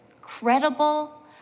credible